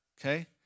okay